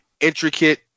intricate